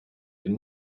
den